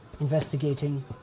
investigating